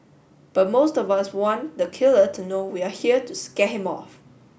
but most of us want the killer to know we are here to scare him off